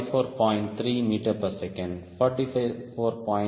3 ms 44